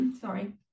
sorry